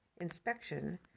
inspection